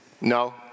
No